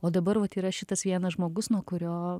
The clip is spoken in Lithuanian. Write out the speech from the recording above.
o dabar vat yra šitas vienas žmogus nuo kurio